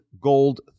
gold